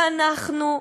ואנחנו,